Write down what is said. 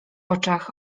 oczach